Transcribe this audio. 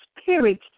spirit